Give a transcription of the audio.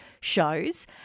shows